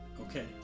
Okay